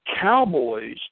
Cowboys